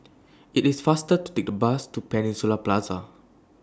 IT IS faster to Take The Bus to Peninsula Plaza